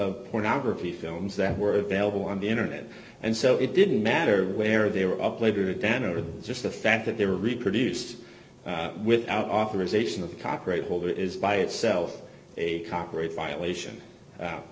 of pornography films that were available on the internet and so it didn't matter where they were up late or down or just the fact that they were reproduced without authorization of the copyright holder is by itself a copyright violation